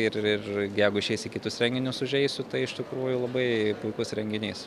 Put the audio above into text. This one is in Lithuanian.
ir ir jeigu išeis į kitus renginius užeisiu tai iš tikrųjų labai puikus renginys